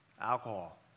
alcohol